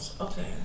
okay